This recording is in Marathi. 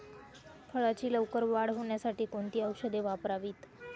फळाची लवकर वाढ होण्यासाठी कोणती औषधे वापरावीत?